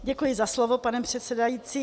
Děkuji za slovo, pane předsedající.